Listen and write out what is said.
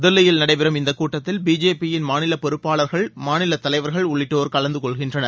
தில்லியில் நடைபெறும் இந்தக் கூட்டத்தில் பி ஜே பி யின் மாநில பொறுப்பாளர்கள் மாநிலத் தலைவர்கள் உள்ளிட்டோர் கலந்து கொள்கின்றனர்